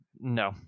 No